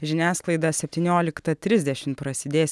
žiniasklaidą septynioliktą trisdešimt prasidės